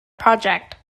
project